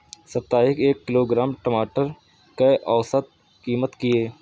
साप्ताहिक एक किलोग्राम टमाटर कै औसत कीमत किए?